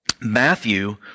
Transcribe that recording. Matthew